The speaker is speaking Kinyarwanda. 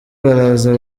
baraza